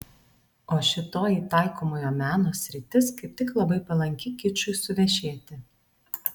o šitoji taikomojo meno sritis kaip tik labai palanki kičui suvešėti